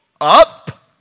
up